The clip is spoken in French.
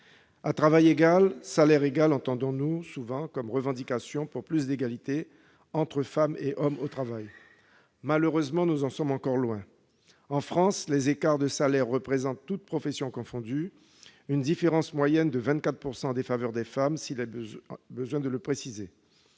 À travail égal, salaire égal »: nous entendons souvent cette revendication pour plus d'égalité entre femmes et hommes au travail. Malheureusement, nous en sommes encore loin ! En France les écarts de salaires représentent, toutes professions confondues, une différence moyenne de 24 %- en défaveur des femmes, est-il besoin de le préciser